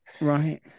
right